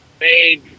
made